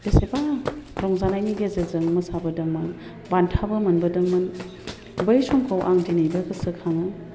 बेसेबा रंजानायनि गेजेरजों मोसाबोदोंमोन बान्थाबो मोनबोदोंमोन बै समखौ आं दिनैबो गोसोखाङो